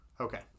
Okay